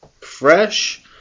fresh